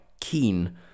keen